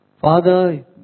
Father